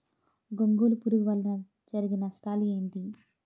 గొంగళి పురుగు వల్ల జరిగే నష్టాలేంటి?